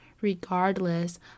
regardless